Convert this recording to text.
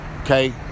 Okay